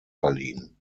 verliehen